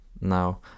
now